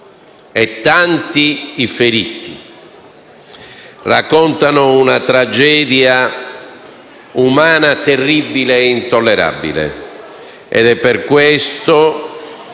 e tanti i feriti, che raccontano di una tragedia umana terribile e intollerabile. È per questo